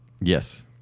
Yes